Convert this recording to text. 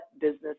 business